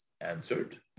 answered